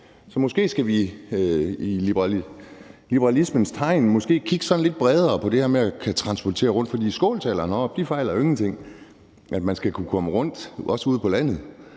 Så måske skal vi i liberalismens tegn kigge sådan lidt bredere på det her med at kunne transporteres rundt, for skåltalerne fejler jo ingenting. Men man skal kunne komme rundt, også ude på landet.